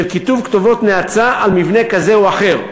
כיתוב כתובות נאצה על מבנה כזה או אחר.